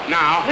now